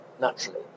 naturally